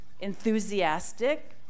enthusiastic